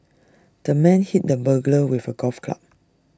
the man hit the burglar with A golf club